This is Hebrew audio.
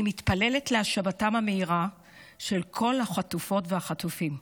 אני מתפללת להשבתם המהירה של כל החטופות והחטופים.